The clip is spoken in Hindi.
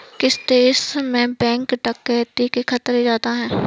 किस देश में बैंक डकैती के खतरे ज्यादा हैं?